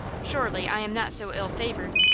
surely, i am not so ill-favored,